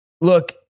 Look